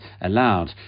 allowed